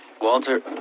Walter